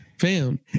Fam